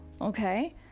okay